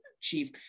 chief